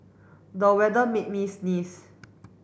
the weather made me sneeze